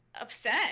upset